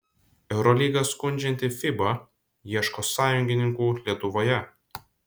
eurolygą skundžianti fiba ieško sąjungininkų lietuvoje